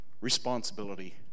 responsibility